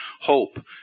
hope